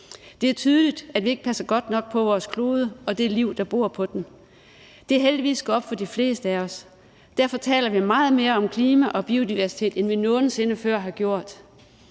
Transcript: Det er tydeligt, at vi ikke passer godt nok på vores klode og det liv, der bor på den. Det er heldigvis gået op for de fleste af os. Derfor taler vi meget mere om klima og biodiversitet, end vi nogen sinde før har gjort.